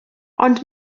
ond